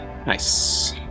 Nice